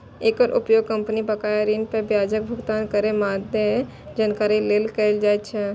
एकर उपयोग कंपनी बकाया ऋण पर ब्याजक भुगतानक मादे जानकारी लेल कैल जाइ छै